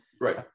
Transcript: right